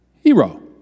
hero